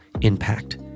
impact